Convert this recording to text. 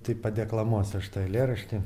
tai padeklamuosiu aš tą eilėraštį